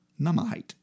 Namahite